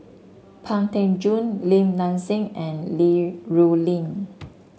Pang Teck Joon Lim Nang Seng and Li Rulin